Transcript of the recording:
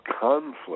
conflict